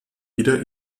wieder